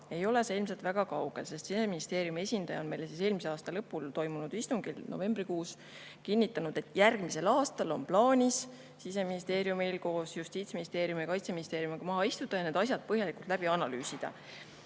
ei ole see ilmselt väga kaugel, sest Siseministeeriumi esindaja eelmise aasta lõpul toimunud istungil, novembrikuus, kinnitas, et järgmisel aastal on Siseministeeriumil koos Justiitsministeeriumi ja Kaitseministeeriumiga plaanis laua taha istuda ja need asjad põhjalikult läbi analüüsida.